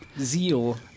Zeal